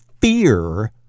fear